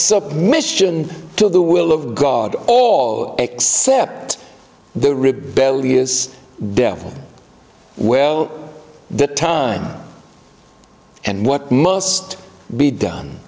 submission to the will of god all except the rebellious devil well the time and what must be done